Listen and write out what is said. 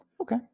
okay